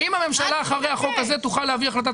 האם הממשלה אחרי החוק הזה תוכל להביא החלטת